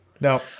no